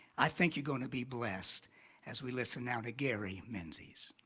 i think you're gonna be blessed as we listen now to gary menzies.